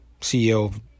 CEO